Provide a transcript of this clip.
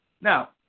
Now